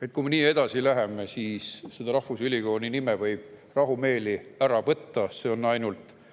et kui me nii edasi läheme, siis rahvusülikooli nime võib rahumeeli ära võtta: see on ainult